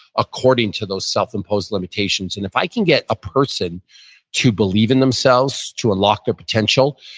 according to those self-imposed limitations. and if i can get a person to believe in themselves, to unlock their potential,